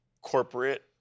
corporate